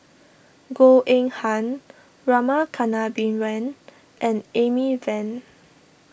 Goh Eng Han Rama Kannabiran and Amy Van